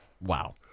wow